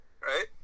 right